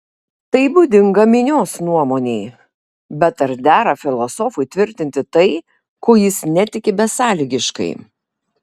tai būdinga minios nuomonei bet ar dera filosofui tvirtinti tai kuo jis netiki besąlygiškai